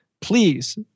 please